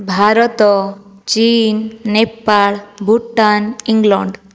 ଭାରତ ଚୀନ ନେପାଳ ଭୁଟାନ ଇଂଲଣ୍ତ